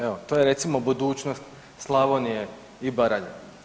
Evo to je recimo budućnost Slavonije i Baranje.